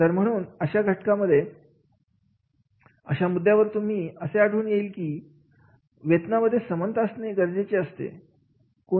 तर म्हणून अशा घटनांमध्ये अशा मुद्द्यावर तुम्हाला असे आढळून येईल की वेतनामध्ये समानता असणे गरजेचे आहे